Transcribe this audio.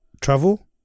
travel